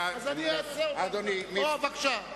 בבקשה.